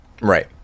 Right